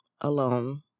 alone